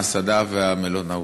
ההסעדה והמלונאות.